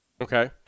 Okay